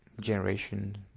generation